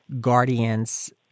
guardians